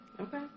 Okay